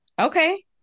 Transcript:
Okay